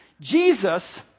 Jesus